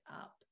up